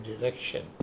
direction